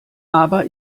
aber